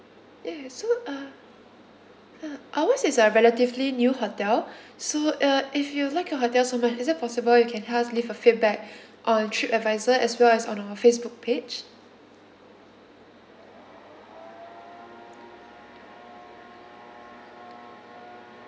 yes so uh uh ours is a relatively new hotel so uh if you like a hotel so much is it possible you can help us leave a feedback on trip advisor as well as on our facebook page